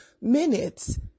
minutes